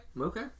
okay